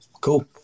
Cool